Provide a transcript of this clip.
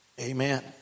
Amen